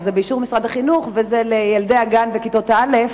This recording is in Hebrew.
שזה באישור משרד החינוך וזה לילדי הגן וכיתות א',